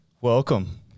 Welcome